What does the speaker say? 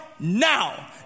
Now